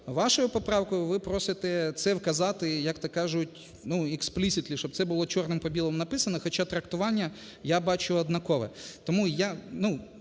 Вашою поправкою ви просите це вказати, як то кажуть, ну, explicity, щоб це було чорному по білому написано, хоча трактування я бачу однакове. Тому я… Ну,